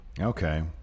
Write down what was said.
Okay